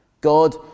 God